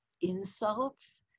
insults